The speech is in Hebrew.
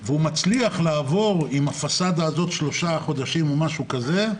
והוא מצליח לעבור עם הפסאדה הזאת שלושה חודשים או משהו כזה,